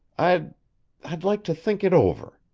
i'd i'd like to think it over.